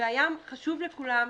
והים חשוב לכולם,